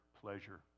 pleasure